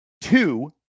Two